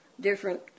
different